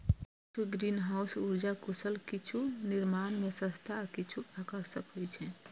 किछु ग्रीनहाउस उर्जा कुशल, किछु निर्माण मे सस्ता आ किछु आकर्षक होइ छै